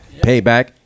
payback